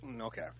Okay